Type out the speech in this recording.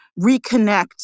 reconnect